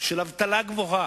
אבטלה גבוהה,